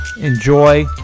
enjoy